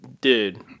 dude